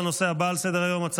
24 בעד, אין מתנגדים ואין נמנעים.